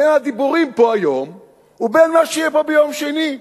בין הדיבורים פה היום ובין מה שיהיה פה ביום שני.